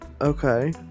okay